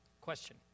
Question